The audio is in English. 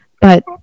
But-